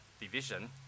Division